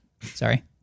Sorry